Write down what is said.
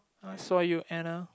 I saw you Anna